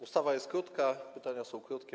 Ustawa jest krótka, pytania są krótkie.